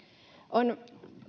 on